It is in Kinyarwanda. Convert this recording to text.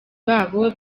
babo